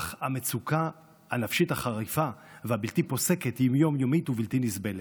אך המצוקה הנפשית החריפה והבלתי פוסקת היא יום-יומית ובלתי נסבלת.